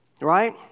right